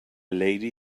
lady